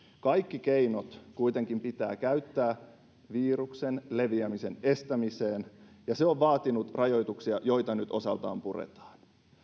kaikki keinot kuitenkin pitää käyttää viruksen leviämisen estämiseen ja se on vaatinut rajoituksia joita nyt osaltaan puretaan